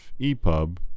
EPUB